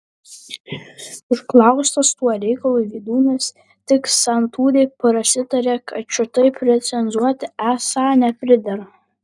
užklaustas tuo reikalu vydūnas tik santūriai prasitarė kad šitaip recenzuoti esą nepridera